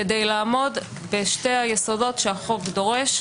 כדי לעמוד בשני היסודות שהחוק דורש,